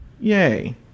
Yay